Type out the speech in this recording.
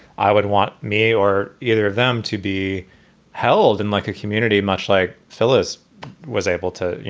i would want me or either of them to be held in like a community, much like phyllis was able to, you